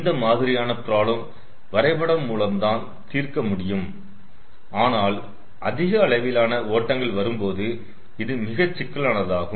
இந்த மாதிரியான ப்ராப்ளம் வரைபடம் மூலம் தீர்க்க முடியும் ஆனால் அதிக அளவிலான ஓட்டங்கள் வரும்போது இது மிகச் சிக்கலானதாகும்